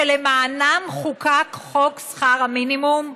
שלמענם חוקק חוק שכר המינימום?